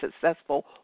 successful